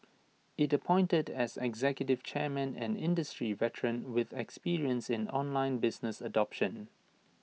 IT appointed as executive chairman an industry veteran with experience in online business adoption